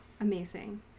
Amazing